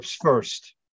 first